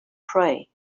pray